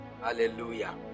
Hallelujah